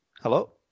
Hello